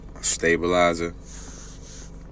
stabilizer